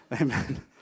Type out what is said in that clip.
Amen